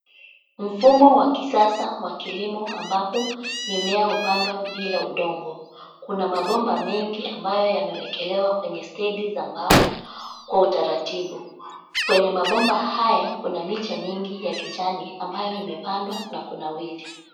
Mfumo wa kisasa wa kilimo ambapo mimea hupandwa bila udongo, kuna mabomba mengi ambayo yameekelewa kwenye stendi za mbao kwa utaratibu. Kwenye mabomba haya kuna miche mingi ya kijani ambayo imepandwa na kunawiri.